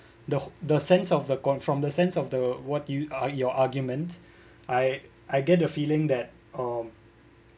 the the sense of the come from the sense of the what you are your argument I I get the feeling that um